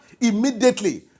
immediately